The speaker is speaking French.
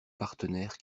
partenaires